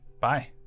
Bye